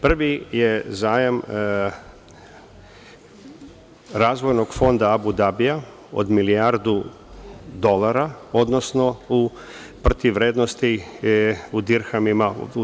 Prvi je zajam Razvojnog fonda Abu Dabija, od milijardu dolara, odnosno u protivvrednosti u dirhamima.